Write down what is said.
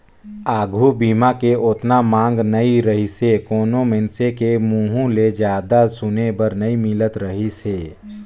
आघू बीमा के ओतना मांग नइ रहीसे कोनो मइनसे के मुंहूँ ले जादा सुने बर नई मिलत रहीस हे